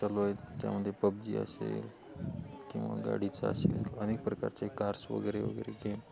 त्यालोय त्यामध्ये पब्जी असेल किंवा गाडीचा असेल अनेक प्रकारचे कार्स वगैरे वगैरे गेम